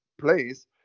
place